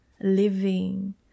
living